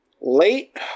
late